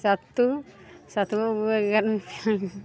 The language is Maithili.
सत्तू सत्तुओ